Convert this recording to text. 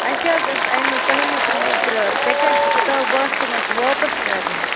اَسہِ حظ آسہٕ اَنۍمَژ تۄہہِ نِش اوترٕ سٮ۪کٮ۪نٛڈچہٕ کِتاب وۄنۍ آسہٕ تِم اَسہِ واپَس کَرنہِ